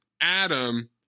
Adam